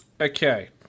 Okay